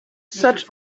such